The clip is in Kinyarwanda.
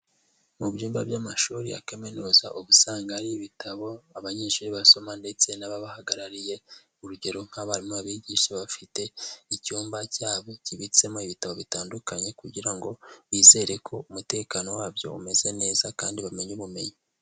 Mu byumba by'amashuri ya kaminuza, uba usanga hari ibitabo abanyeshuri basoma ndetse n'ababahagarariye, urugero nk'abarimu babigisha bafite icyumba cyabo kibitsemo ibitabo bitandukanye kugira ngo bizere ko umutekano wabyo umeze neza kandi bamenye ubumenyi.